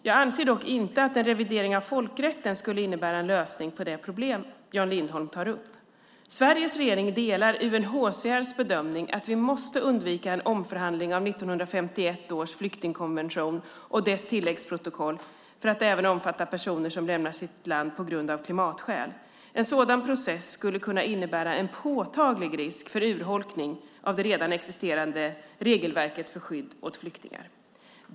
Jag anser dock inte att en revidering av folkrätten skulle innebära en lösning på det problem Jan Lindholm tar upp. Sveriges regering delar UNHCR:s bedömning att vi måste undvika en omförhandling av 1951 års flyktingkonvention och dess tilläggsprotokoll för att även omfatta personer som lämnar sitt land på grund av klimatskäl. En sådan process skulle kunna innebära en påtaglig risk för urholkning av det redan existerande regelverket för skydd åt flyktingar.